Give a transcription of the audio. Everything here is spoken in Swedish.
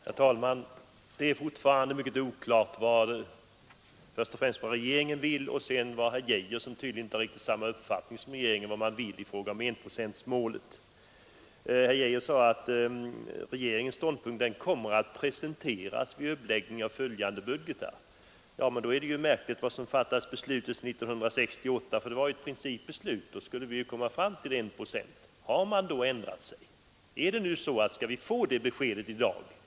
Herr talman! Det är fortfarande mycket oklart först och främst vad regeringen vill men även vad herr Geijer, som tydligen inte har riktigt samma uppfattning som regeringen, vill i fråga om enprocentsmålet. Herr Geijer sade att regeringens ståndpunkt kommer att presenteras vid uppläggningen av följande budgeter. Enligt beslutet 1968, som var ett principbeslut, skulle vi komma fram till en procent. Har man ändrat sig? Skall vi få ett besked i dag?